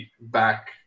back